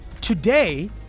today